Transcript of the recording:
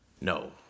No